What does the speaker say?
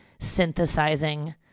synthesizing